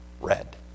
red